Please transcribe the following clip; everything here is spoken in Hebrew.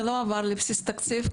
זה לא עבר לבסיס התקציב,